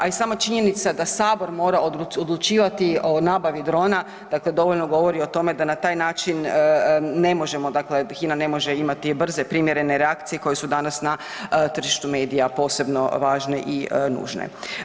A i sama činjenica da Sabor mora odlučivati o nabavi drona, dakle dovoljno govori o tome da na taj način ne možemo HINA ne može imati brze, primjerene reakcije koje su danas na tržištu medija posebno i važne i nužne.